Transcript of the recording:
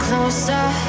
Closer